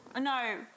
No